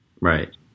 Right